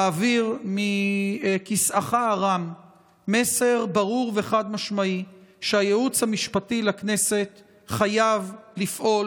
להעביר מכיסאך הרם מסר ברור וחד-משמעי שהייעוץ המשפטי לכנסת חייב לפעול